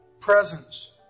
presence